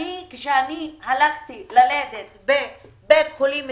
כשאני ילדתי בבית החולים הסקוטי,